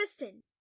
listen